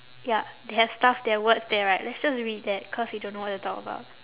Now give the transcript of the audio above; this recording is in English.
ya they have stuff there words there right let's just read that cause we don't know what to talk about